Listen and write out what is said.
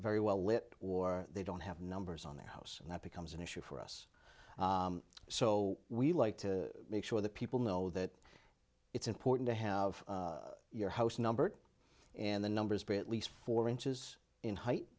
very well lit or they don't have numbers on their house and that becomes an issue for us so we like to make sure that people know that it's important to have your house numbered in the numbers be at least four inches in height